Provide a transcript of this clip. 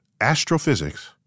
Astrophysics